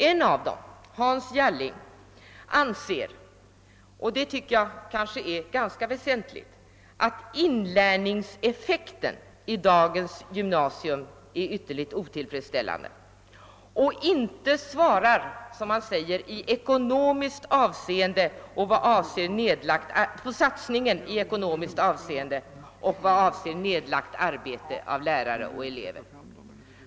En av dem, Hans Jalling, anser — och det tycker jag är ganska väsentligt — att inlärningseffekten i dagens gymnasium är ytterligt otillfredsställande och inte svarar, som han säger mot satsningen i ekonomiskt avseende och mot nedlagt arbete av lärare och elever.